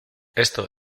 esto